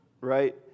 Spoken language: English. right